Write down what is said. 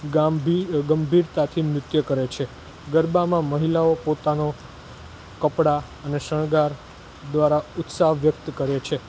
ગંભીરતાથી નૃત્ય કરે છે ગરબામાં મહિલાઓ પોતાનો કપડાં અને શણગાર દ્વારા ઉત્સાહ વ્યક્ત કરે છે